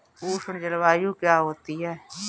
उष्ण जलवायु क्या होती है?